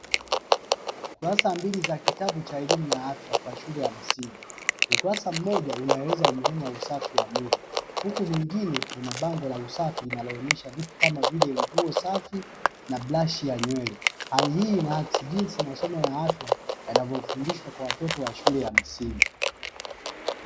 Kurasa mbili cha kitabu ya elimu ya afya kwa shule ya msingi, ukurasa mmoja umeeleza umuhimu wa usafi wa mwili huku mwingine unabango la usafi linaloonyesha vitu kama vile nguo safi na brashi ya nywele, hali hii inaakisi jinsi masomo ya afya yanavyofundishwa kwa watoto wa elimu ya msingi.